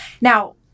Now